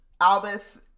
Albus